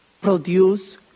Produce